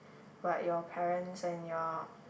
but your parents and your